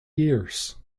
years